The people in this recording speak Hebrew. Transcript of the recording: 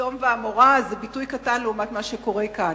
סדום ועמורה זה ביטוי קטן לעומת מה שקורה כאן.